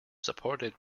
supported